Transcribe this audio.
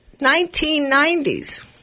1990s